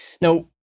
Now